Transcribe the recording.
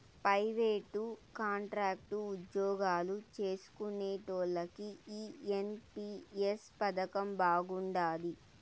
private, contract ఉజ్జోగాలు చేస్కునేటోల్లకి ఈ ఎన్.పి.ఎస్ పదకం బాగుండాది